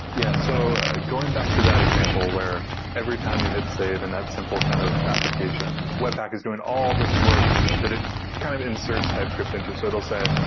yeah. so going back to that example where every time you hit save and that simple kind of application, webpack is doing all this work that it kind of inserts typescript into. so it will say,